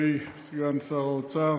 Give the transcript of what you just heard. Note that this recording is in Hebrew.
חברי סגן שר האוצר,